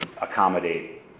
accommodate